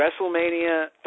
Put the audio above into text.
WrestleMania